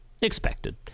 expected